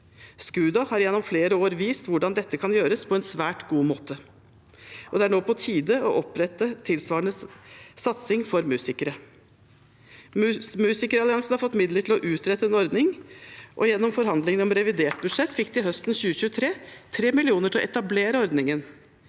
SKUDA har gjennom flere år vist hvordan dette kan gjøres på en svært god måte, og det er nå på tide å opprette en tilsvarende satsing for musikere. Musikeralliansen har fått midler til å utrede en ordning, og gjennom forhandlingene om revidert budsjett fikk de høsten 2023 3 mill. kr til å etablere ordningen.